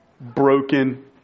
broken